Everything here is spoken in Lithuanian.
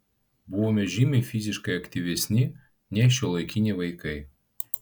buvome žymiai fiziškai aktyvesni nei šiuolaikiniai vaikai